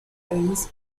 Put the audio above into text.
earns